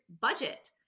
budget